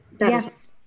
Yes